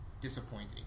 disappointing